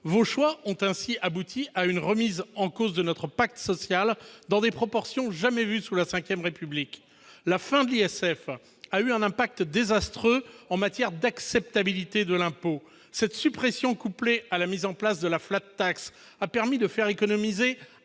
Vos choix ont ainsi abouti à une remise en cause de notre pacte social dans des proportions jamais vues sous la V République. La fin de l'ISF a eu des effets désastreux en matière d'acceptabilité de l'impôt. Cette suppression, couplée à la mise en place de la, a permis à chacun des